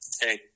hey